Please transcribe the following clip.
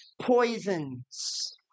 poisons